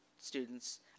students